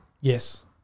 Yes